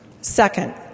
Second